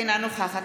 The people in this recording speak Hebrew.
אינה נוכחת